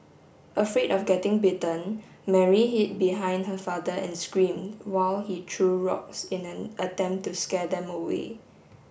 afraid of getting bitten Mary hid behind her father and screamed while he threw rocks in an attempt to scare them away